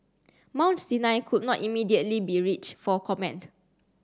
Mount Sinai could not immediately be reached for comment